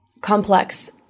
complex